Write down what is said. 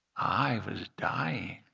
i was dying